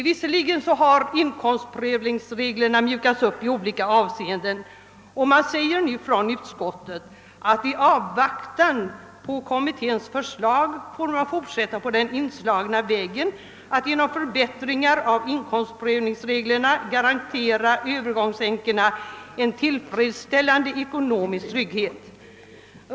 Visserligen har in komstprövningsreglerna mjukats upp i olika avseenden, och utskottet anför nu bl.a. följande: I avvaktan på kommitténs förslag får man fortsätta på den inslagna vägen att genom förbättringar av inkomstprövningsreglerna garantera övergångsänkorna en tillfredsställande ekonomisk trygghet.